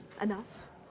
enough